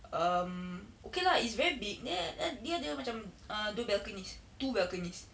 um okay lah it's very big then di~ dia ada macam err dua balconies two balconies